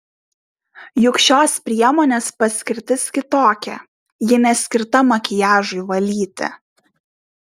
juk šios priemonės paskirtis kitokia ji neskirta makiažui valyti